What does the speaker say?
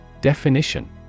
Definition